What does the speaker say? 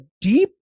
deep